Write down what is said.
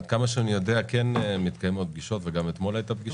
עד כמה שאני יודע כן מתקיימות פגישות וגם אתמול הייתה פגישה.